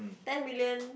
ten million